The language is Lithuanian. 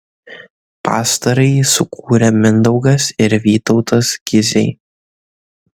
pastarąjį sukūrė mindaugas ir vytautas kiziai